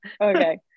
okay